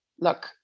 Look